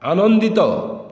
ଆନନ୍ଦିତ